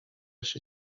się